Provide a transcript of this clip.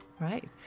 Right